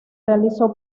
realizó